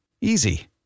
Easy